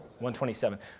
127